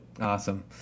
Awesome